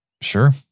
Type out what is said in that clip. Sure